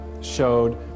showed